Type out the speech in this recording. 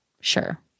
sure